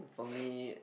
for me